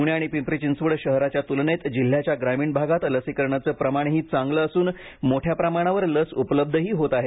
पूणे आणि पिंपरी चिंचवड शहराच्या तुलनेत जिल्ह्याच्या ग्रामीण भागात लसीकरणाचं प्रमाणही चांगलं असून मोठ्या प्रमाणावर लस उपलब्धही होत आहे